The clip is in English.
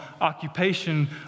occupation